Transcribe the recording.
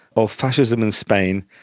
of fascism in spain,